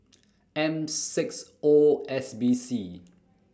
M six O S B C